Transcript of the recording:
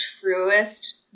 truest